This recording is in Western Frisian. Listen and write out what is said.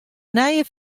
nije